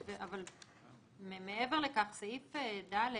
מעבר לכך, סעיף (ד)